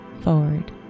forward